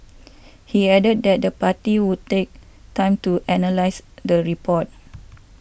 he added that the party would take time to analyse the report